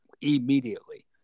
immediately